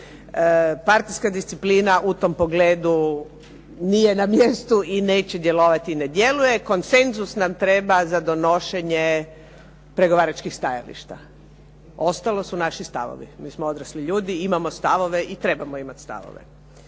Partijska disciplina u tom pogledu nije na mjestu i neće djelovati i ne djeluje. Konsenzus nam treba za donošenje pregovaračkih stajališta. Ostalo su naši stavovi. Mi smo odrasli ljudi, imamo stavove i trebamo imati stavove.